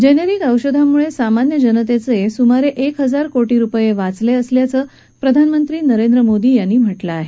generic औषधांमुळे सामान्य जनतेचे सुमारे एक हजार कोटी रुपये वाचले आहेत असं प्रधानमंत्री नरेंद्र मोदी यांनी म्हटलं आहे